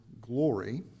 glory